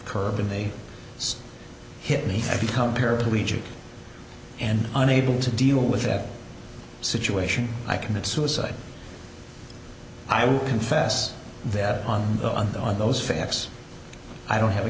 curb and they hit me i become paraplegic and unable to deal with that situation i commit suicide i will confess that on the on the on those facts i don't have a